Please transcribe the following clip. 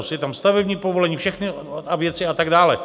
Je tam stavební povolení, všechny věci a tak dále.